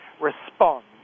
respond